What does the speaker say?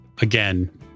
Again